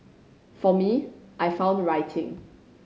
for me I found writing